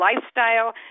lifestyle